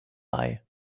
bei